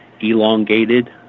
elongated